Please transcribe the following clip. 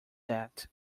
that